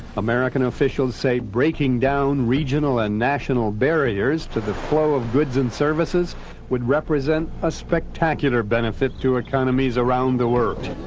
american officials say breaking down regional and national barriers to the flow of goods and services would represent a spectacular benefit to economies around the world.